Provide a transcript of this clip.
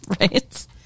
Right